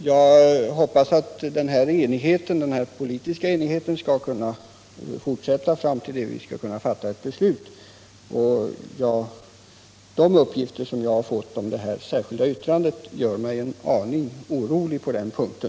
Jag hoppas att den politiska enigheten skall bestå fram till dess vi kan fatta ett beslut. De uppgifter som jag har fått om det särskilda yttrandet gör mig en aning orolig på den punkten.